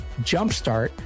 jumpstart